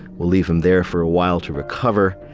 we'll leave him there for a while to recover.